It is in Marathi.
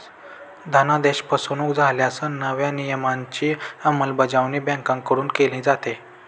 धनादेश फसवणुक झाल्यास नव्या नियमांची अंमलबजावणी बँकांकडून केली जाते